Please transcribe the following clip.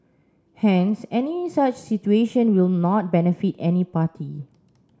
hence any such situation will not benefit any party